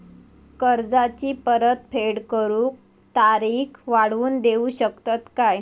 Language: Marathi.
कर्जाची परत फेड करूक तारीख वाढवून देऊ शकतत काय?